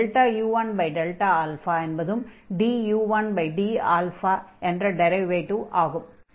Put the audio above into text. u1Δα என்பதும் du1d என்ற derivative ஆகும்